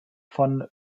von